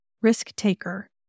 Risk-taker